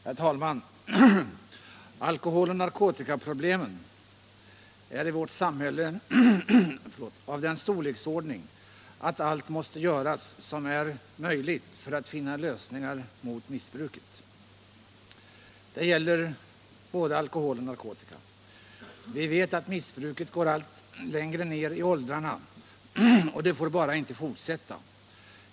Herr talman! Alkoholoch narkotikaproblemen är i vårt samhälle av den storleksordningen att allt måste göras som är möjligt för att finna lösningar. Det gäller både alkohol och narkotika. Vi vet att missbruket går allt längre ner i åldrarna, och det får bara inte fortsätta.